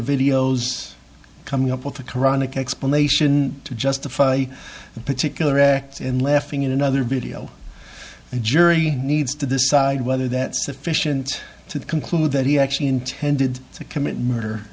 videos coming up with a qur'anic explanation to justify a particular act and laughing in another video the jury needs to decide whether that sufficient to conclude that he actually intended to commit murder